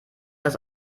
das